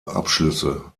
abschlüsse